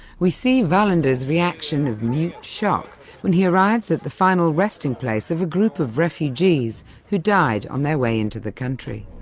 we see wallander's reaction of mute shock when he arrives at the final resting place of a group of refugees who died on their way into the country.